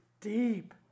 deep